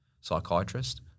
psychiatrist